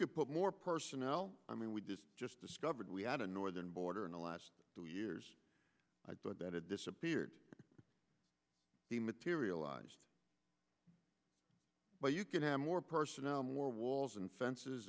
could put more personnel i mean we just just discovered we had a northern border in the last two years but then it disappeared the materialized but you can have more personnel more walls and fences